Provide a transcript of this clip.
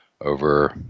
over